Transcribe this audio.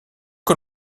que